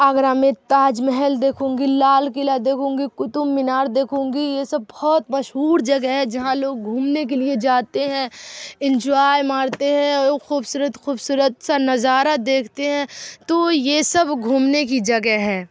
آگرہ میں تاج محل دیکھوں گی لال قلعہ دیکھوں گی قطب مینار دیکھوں گی یہ سب بہت مشہور جگہ ہے جہاں لوگ گھومنے کے لیے جاتے ہیں انجوائے مارتے ہیں اور خوبصورت خوبصورت سا نظارہ دیکھتے ہیں تو یہ سب گھومنے کی جگہ ہیں